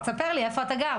תספר לי איפה אתה גר.